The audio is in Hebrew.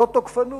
זו תוקפנות.